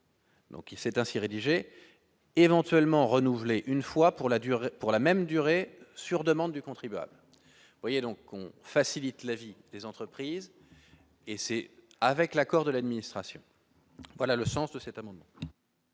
Donc, il s'est ainsi rédiger éventuellement renouvelés, une fois pour la durée pour la même durée, sur demande du contribuable, voyez donc on facilite la vie des entreprises et c'est avec l'accord de l'administration, voilà le sens de cet amendement.